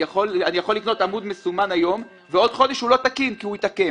יכול לקנות עמוד מסומן היום ועוד חודש הוא יהיה לא תקין כי הוא התעקם.